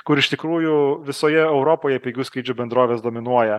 kur iš tikrųjų visoje europoje pigių skrydžių bendrovės dominuoja